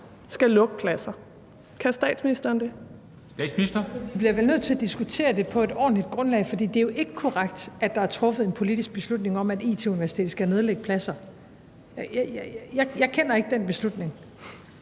(Mette Frederiksen): Vi bliver nødt til at diskutere det på et ordentligt grundlag, for det er jo ikke korrekt, at der er truffet en politisk beslutning om, at IT-Universitetet skal nedlægge pladser. Jeg kender ikke den beslutning.